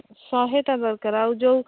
ଶହେଟା ଦରକାର ଆଉ ଯେଉଁ